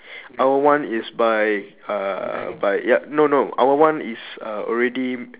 our one is by uh by ya no no our one is uh already